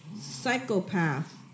Psychopath